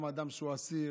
גם אדם שהוא אסיר,